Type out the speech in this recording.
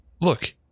look